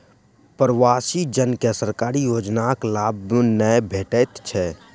प्रवासी जन के सरकारी योजनाक लाभ नै भेटैत छै